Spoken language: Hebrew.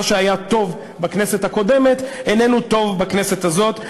מה שהיה טוב בכנסת הקודמת איננו טוב בכנסת הזאת?